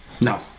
No